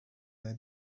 their